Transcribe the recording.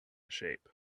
shape